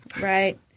Right